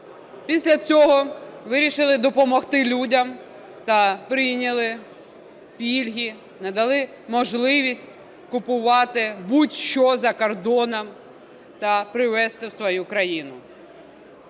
Після цього вирішили допомогти людям та прийняли пільги, надали можливість купувати будь-що за кордоном та привезти в свою країну.